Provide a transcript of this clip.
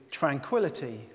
tranquility